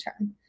term